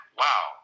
wow